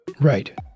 Right